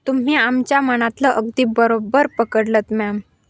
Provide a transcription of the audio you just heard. तुम्ही आमच्या मनातलं अगदी बरोब्बर पकडलं आहेत मॅम